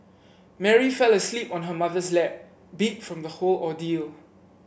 Mary fell asleep on her mother's lap beat from the whole ordeal